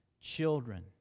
children